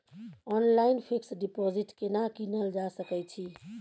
Online fix deposit केना कीनल जा सकै छी?